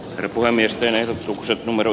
reppua miesten ehdotuksen numero